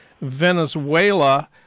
venezuela